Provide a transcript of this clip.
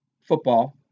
football